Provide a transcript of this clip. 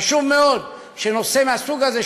חשוב מאוד שנושא מהסוג הזה,